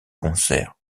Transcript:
concert